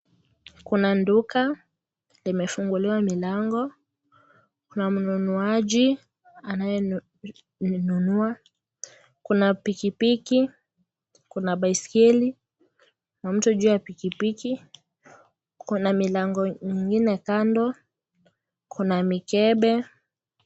Kuna duka limefunguliwa milango. Kuna mnunuaji anayelinunua. Kuna pikipiki, kuna baiskeli, na mtu juu ya pikipiki. Kuna milango nyingine kando, kuna mikebe.